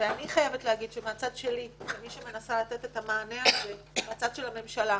אני חייבת להגיד שמהצד שלי כמי שמנסה לתת את המענה הזה מהצד של הממשלה,